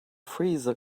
freezer